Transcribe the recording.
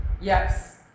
Yes